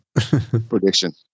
Prediction